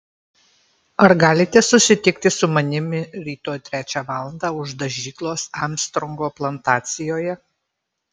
ar galite susitikti su manimi rytoj trečią valandą už dažyklos armstrongo plantacijoje